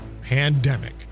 Pandemic